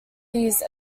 these